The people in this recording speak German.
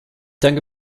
danke